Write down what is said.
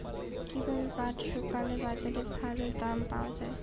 কীভাবে পাট শুকোলে বাজারে ভালো দাম পাওয়া য়ায়?